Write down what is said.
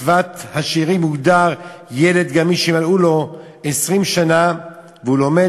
"קצבת השאירים יוגדר ילד גם מי שמלאו לו 20 שנה והוא לומד